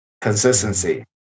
consistency